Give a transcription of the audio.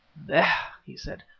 there! he said.